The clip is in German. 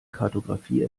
kartographie